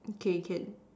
okay can